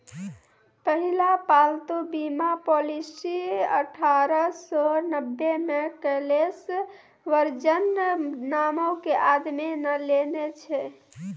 पहिला पालतू बीमा पॉलिसी अठारह सौ नब्बे मे कलेस वर्जिन नामो के आदमी ने लेने छलै